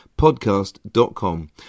podcast.com